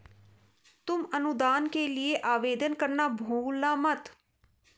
तुम अनुदान के लिए आवेदन करना भूलना मत